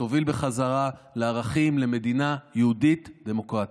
שתוביל בחזרה לערכים, למדינה יהודית דמוקרטית.